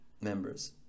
members